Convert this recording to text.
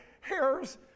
hairs